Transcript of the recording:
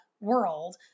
world